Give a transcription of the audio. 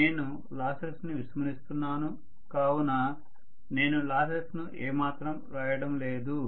నేను లాసెస్ ని విస్మరిస్తున్నాను కావున నేను లాసెస్ ను ఏమాత్రం రాయటం లేదు